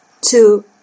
two